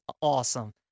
awesome